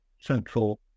central